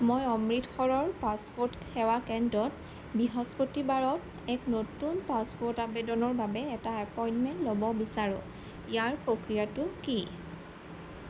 মই অমৃতসৰৰ পাছপোৰ্ট সেৱা কেন্দ্ৰত বৃহস্পতিবাৰত এক নতুন পাছপোৰ্ট আবেদনৰ বাবে এটা এপইণ্টমেণ্ট ল'ব বিচাৰোঁ ইয়াৰ প্ৰক্ৰিয়াটো কি